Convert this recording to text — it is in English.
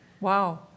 Wow